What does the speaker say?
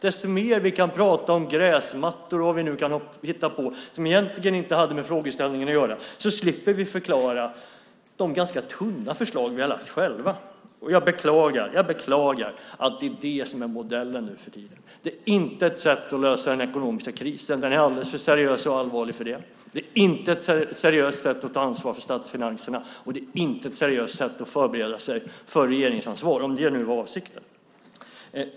Ju mer ni kan prata om gräsmattor och vad ni nu kan hitta på, som egentligen inte har med frågeställningen att göra, desto säkrare slipper ni förklara de ganska tunna förslag ni har lagt fram själva. Jag beklagar att det är det som är modellen nu för tiden. Det är inte ett sätt att lösa den ekonomiska krisen - den är alldeles för seriös och allvarlig för det - det är inte ett seriöst sätt att ta ansvar för statsfinanserna och det är inte ett seriöst sätt att förbereda sig för regeringsansvar - om det nu var avsikten.